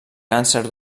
càncer